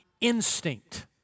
instinct